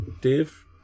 Dave